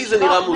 לי זה נראה מוזר.